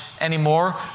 anymore